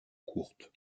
courte